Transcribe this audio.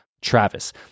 Travis